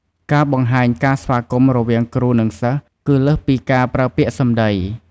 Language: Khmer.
ការបង្ហាញការស្វាគមន៍រវាងគ្រូ និង សិស្សគឺលើសពីការប្រើពាក្យសម្ដី។